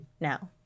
now